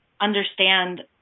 understand